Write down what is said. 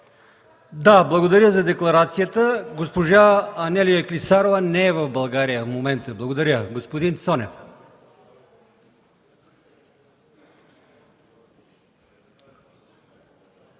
Да, благодарим за декларацията. Госпожа Анелия Клисарова не е в България в момента. Господин Цонев.